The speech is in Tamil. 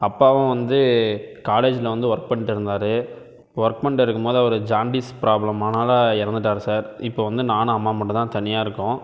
அப்பாவும் வந்து காலேஜில் வந்து ஒர்க் பண்ணிட்டிருந்தாரு ஒர்க் பண்ணிட்டு இருக்கும் போது அவருக்கு ஜாண்டிஸ் ப்ராப்ளம் ஆனாலை இறந்துட்டார் சார் இப்போ வந்து நானும் அம்மாவும் மட்டும் தான் தனியாக இருக்கோம்